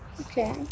Okay